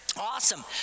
awesome